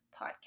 podcast